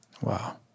Wow